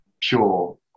pure